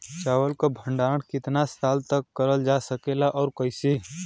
चावल क भण्डारण कितना साल तक करल जा सकेला और कइसे?